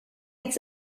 its